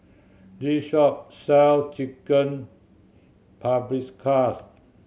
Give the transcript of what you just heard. this shop sell Chicken Paprikas